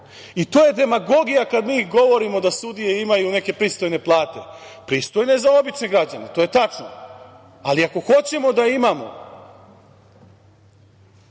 To je demagogija kada mi govorimo da sudije imaju neke pristojne plate. Pristojne za obične građane, to je tačno, ali ako hoćemo da imamo